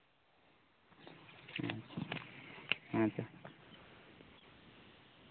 ᱚᱸᱻ ᱦᱮᱸᱛᱚ